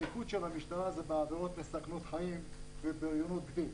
המיקוד של המשטרה זה בעבירות מסכנות חיים ובריונות כביש.